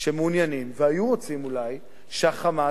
שמעוניינים והיו רוצים אולי שה"חמאס"